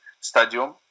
Stadium